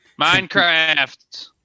Minecraft